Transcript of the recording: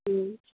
ए